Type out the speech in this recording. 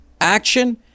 Action